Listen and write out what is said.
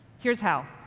here's how.